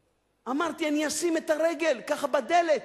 אמרתי: אני אשים את הרגל, ככה בדלת,